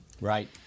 Right